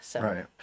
Right